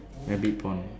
there be porn